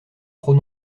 trop